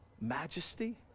majesty